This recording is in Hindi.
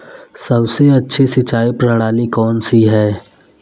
सबसे अच्छी सिंचाई प्रणाली कौन सी है?